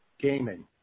gaming